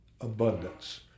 abundance